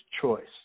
choice